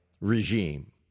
regime